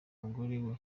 umugore